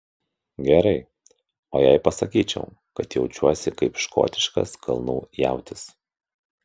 gerai o jei pasakyčiau kad jaučiuosi kaip škotiškas kalnų jautis